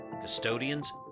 custodians